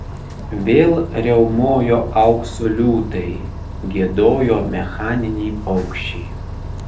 vėl riaumojo aukso liūtai giedojo mechaniniai paukščiai